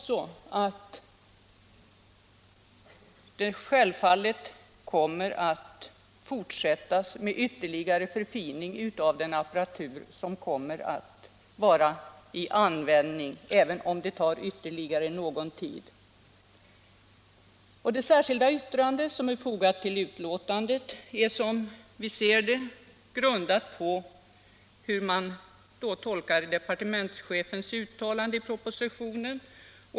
Självfallet kommer den apparatur som används också att ytterligare förfinas, även om det tar ännu någon tid. Det särskilda yttrande som är fogat till betänkandet är, som vi ser det, grundat på tolkningen av departementschefens uttalande i propositionen.